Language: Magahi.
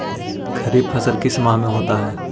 खरिफ फसल किस माह में होता है?